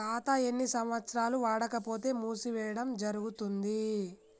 ఖాతా ఎన్ని సంవత్సరాలు వాడకపోతే మూసివేయడం జరుగుతుంది?